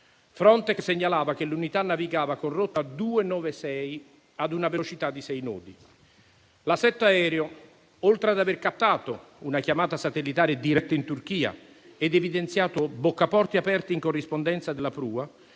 Frontex segnalava che l'unità navigava con rotta 296 a velocità di sei nodi. L'assetto aereo, oltre ad aver captato una chiamata satellitare diretta in Turchia ed evidenziato boccaporti aperti in corrispondenza della prua,